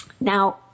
Now